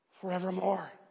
forevermore